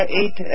eight